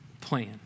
plan